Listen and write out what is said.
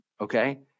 okay